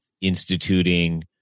instituting